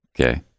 Okay